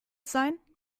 sein